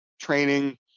training